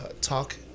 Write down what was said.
talk